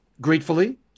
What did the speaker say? gratefully